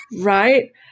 Right